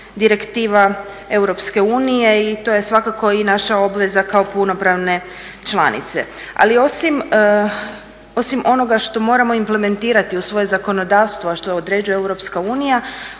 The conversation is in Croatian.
direktiva EU i to je svakako i naša obveza kao punopravne članice. Ali osim onoga što moramo implementirati u svoje zakonodavstvo, a što određuje EU kroz ovaj